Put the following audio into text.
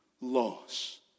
loss